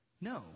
No